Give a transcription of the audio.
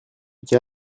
être